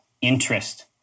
interest